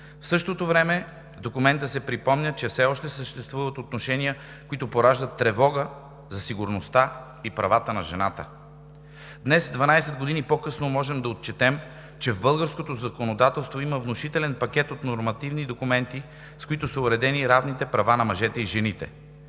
В същото време в документа се припомня, че все още съществуват отношения, които пораждат тревога за сигурността и правата на жената. Днес – 12 години по късно, можем да отчетем, че в българското законодателство има внушителен пакет от нормативни документи, с които са уредени равните права на мъжете и жените.